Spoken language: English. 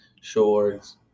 shorts